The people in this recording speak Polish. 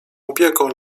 opieką